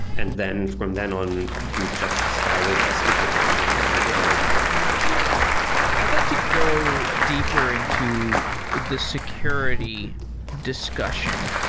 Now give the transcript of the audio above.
and then from then on, you just started as if it were normal native application i'd like to go deeper into the security discussion.